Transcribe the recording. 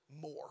more